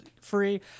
free